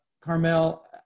Carmel